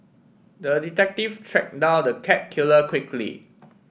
the detective track down the cat killer quickly